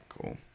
cool